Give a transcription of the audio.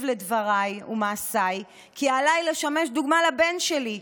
לדבריי ומעשיי כי עליי לשמש דוגמה לבן שלי,